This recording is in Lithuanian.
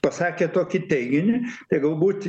pasakė tokį teiginį tai galbūt